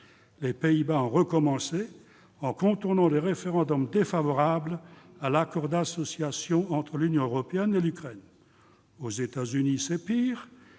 Les Pays-Bas ont recommencé en contournant le référendum défavorable à l'accord d'association entre l'Union européenne et l'Ukraine. Aux États-Unis, c'est pire.